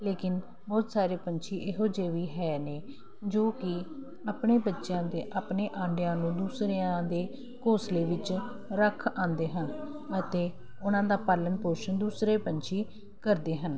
ਲੇਕਿਨ ਬਹੁਤ ਸਾਰੇ ਪੰਛੀ ਇਹੋ ਜਿਹੇ ਵੀ ਹੈ ਨੇ ਜੋ ਕਿ ਆਪਣੇ ਬੱਚਿਆਂ ਦੇ ਆਪਣੇ ਆਂਡਿਆਂ ਨੂੰ ਦੂਸਰਿਆਂ ਦੇ ਘੋਂਸਲੇ ਵਿੱਚ ਰੱਖ ਆਉਂਦੇ ਹਨ ਅਤੇ ਉਹਨਾਂ ਦਾ ਪਾਲਣ ਪੋਸ਼ਣ ਦੂਸਰੇ ਪੰਛੀ ਕਰਦੇ ਹਨ